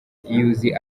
iyo